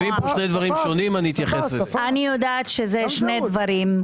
אני יודעת שזה שני דברים שונים.